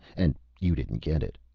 and you didn't get it.